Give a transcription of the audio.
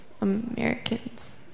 Americans